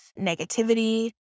negativity